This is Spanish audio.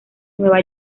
nueva